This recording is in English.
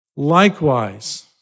Likewise